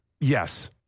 Yes